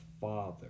Father